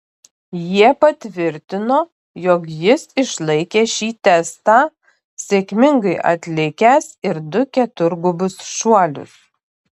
jie patvirtino jog jis išlaikė šį testą sėkmingai atlikęs ir du keturgubus šuolius